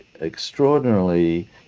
extraordinarily